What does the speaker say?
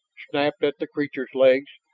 snapped at the creature's legs,